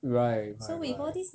right right right